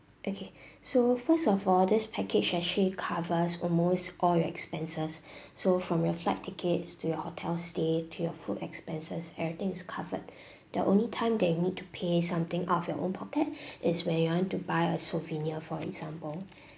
okay so first of all this package actually covers almost all your expenses so from your flight tickets to your hotel stay to your food expenses everything is covered the only time that you need to pay something of your own pocket is where you want to buy a souvenir for example